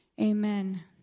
Amen